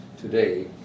today